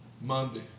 Monday